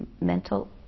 mental